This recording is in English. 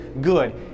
good